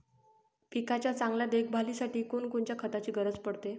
पिकाच्या चांगल्या देखभालीसाठी कोनकोनच्या खताची गरज पडते?